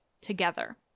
together